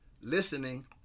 listening